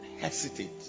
hesitate